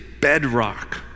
bedrock